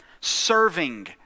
serving